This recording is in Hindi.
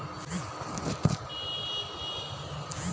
ए.टी.एम एक इलेक्ट्रॉनिक दूरसंचार उपकरण है